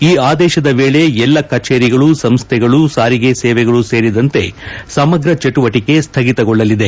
ಈ ಆದೇಶದ ವೇಳೆ ಎಲ್ಲ ಕಚೇರಿಗಳು ಸಂಸ್ಥೆಗಳು ಸಾರಿಗೆ ಸೇವೆಗಳೂ ಸೇರಿದಂತೆ ಸಮಗ ಚಟುವಟಿಕೆ ಸ್ನಗಿತಗೊಳ್ಳಲಿದೆ